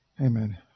Amen